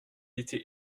était